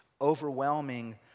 overwhelming